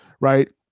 right